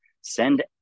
send